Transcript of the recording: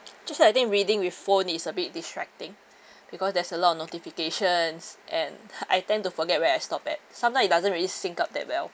just that I think reading with phone is a bit distracting because there's a lot of notifications and I tend to forget where I stop at sometime it doesn't really sync up that well